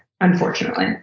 unfortunately